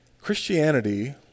Christianity